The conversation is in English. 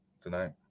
tonight